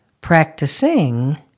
practicing